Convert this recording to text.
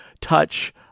touch